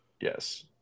Yes